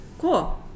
cool